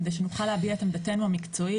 כדי שנוכל להביע את עמדתנו המקצועית.